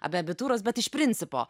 apie abitūros bet iš principo